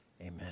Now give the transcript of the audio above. Amen